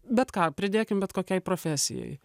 bet ką pridėkim bet kokiai profesijai